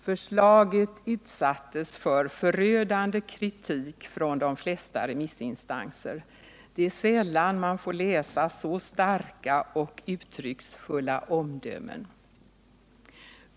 Förslaget utsattes för förödande kritik från de flesta remissinstanser. Det är sällan man får läsa så starka och uttrycksfulla omdömen.